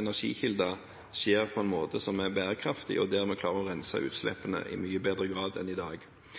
energikilder skjer på en måte som er bærekraftig, og der vi klarer å rense utslippene i mye bedre grad enn i dag.